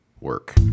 work